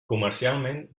comercialment